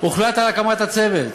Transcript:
הוחלט על הקמת הצוות.